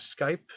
Skype